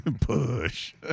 Push